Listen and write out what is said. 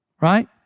right